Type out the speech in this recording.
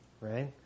Right